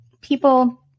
people